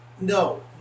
No